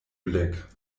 blick